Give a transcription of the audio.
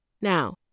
Now